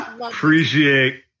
appreciate